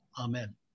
amen